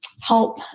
help